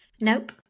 Nope